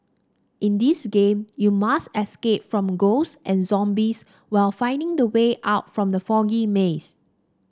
in this game you must escape from ghosts and zombies while finding the way out from the foggy maze